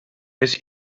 his